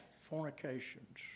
fornications